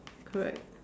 correct